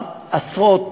עשרות,